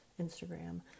Instagram